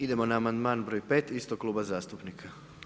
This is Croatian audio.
Idemo na amandman broj 5 istog kluba zastupnika.